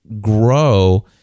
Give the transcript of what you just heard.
grow